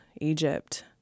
Egypt